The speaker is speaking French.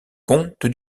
comte